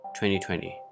2020